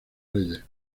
reyes